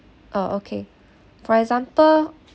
uh okay for example